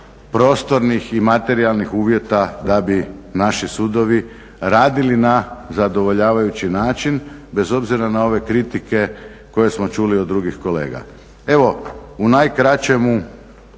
prostornih i materijalnih uvjeta da bi naši sudovi radili na zadovoljavajući način bez obzira na ove kritike koje smo čuli od drugih kolega. Evo, u najkraćemu